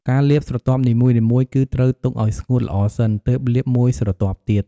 ការលាបស្រទាប់នីមួយៗ គឺត្រូវទុកឱ្យស្ងួតល្អសិន ទើបលាបមួយស្រទាប់ទៀត។